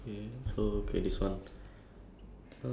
wait you don't have that are are you done with all your cards